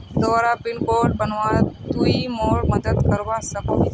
दोबारा PIN code बनवात तुई मोर मदद करवा सकोहिस?